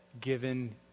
given